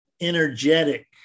energetic